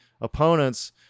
opponents